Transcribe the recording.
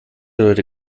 leute